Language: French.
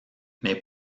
mais